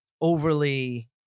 Overly